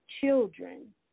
children